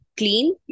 clean